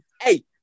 Hey